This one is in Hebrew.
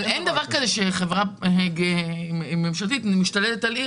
אבל אין דבר כזה שחברה ממשלתית משתלטת על עיר